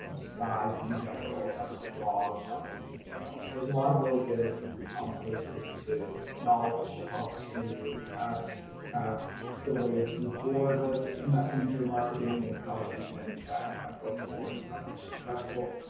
just guides in general and on our blog, on our youtube channel. there's a lot of really good um places to, knowledge ops for you, as kind of the way to move forward with messenger marketing and how to use manychat kind of going forward and how to be successful.